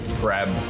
grab